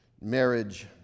marriage